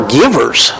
givers